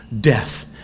death